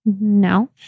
no